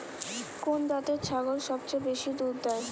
কোন জাতের ছাগল সবচেয়ে বেশি দুধ দেয়?